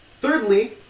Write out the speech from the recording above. Thirdly